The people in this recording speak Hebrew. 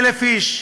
1,000 איש,